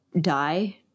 Die